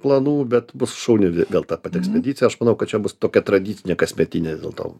planų bet bus šauni vėl ta pati ekspedicija aš manau kad čia bus tokia tradicinė kasmetinė vis dėlto